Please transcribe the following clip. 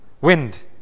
wind